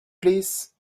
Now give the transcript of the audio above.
please